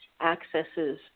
accesses